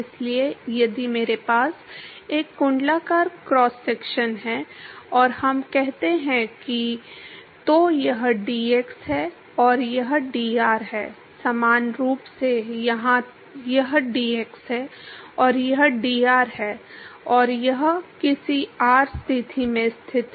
इसलिए यदि मेरे पास एक कुंडलाकार क्रॉस सेक्शन है और हम कहते हैं कि तो यह dx है और यह dr है समान रूप से यहाँ यह dx है और यह dr है और यह किसी r स्थिति में स्थित है